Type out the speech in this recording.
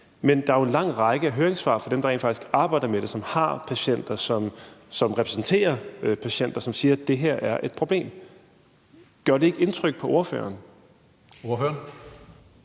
Men der er jo en lang række høringssvar fra dem, der rent faktisk arbejder med det, og som repræsenterer patienter, hvor de siger, at det her er et problem. Gør det ikke indtryk på ordføreren? Kl.